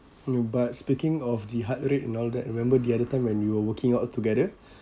mm but speaking of the heart rate and all that remember the other time when we were working out together